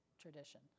tradition